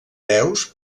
veus